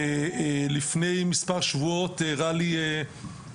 ולפני מספר שבועות הראה לי